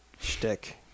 shtick